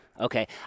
okay